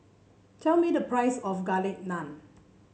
tell me the price of Garlic Naan